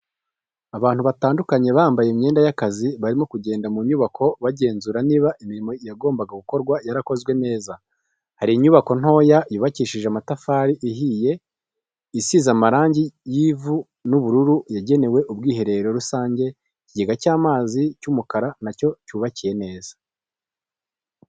Abantu batandukanye bambaye imyenda y'akazi barimo kugenda mu nyubako bagenzura niba imirimo yagombaga gukorwa yarakozwe neza, hari inyubako ntoya yubakishije amatafari ahiye isize amarangi y'ivu n'ubururu yagenewe ubwiherero rusange ikigega cy'amazi cy'umukara na cyo cyubakiye neza.